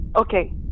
Okay